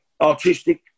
artistic